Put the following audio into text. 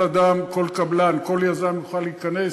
כל אדם, כל קבלן, כל יזם יוכל להיכנס,